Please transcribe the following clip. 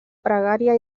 pregària